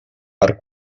per